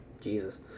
Jesus